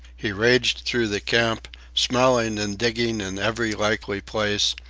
he raged through the camp, smelling and digging in every likely place,